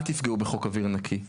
אל תיפגעו בחוק אוויר נקי,